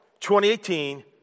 2018